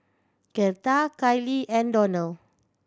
Gertha Kailee and Donald